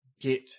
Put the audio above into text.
get